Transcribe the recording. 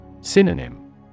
Synonym